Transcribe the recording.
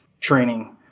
training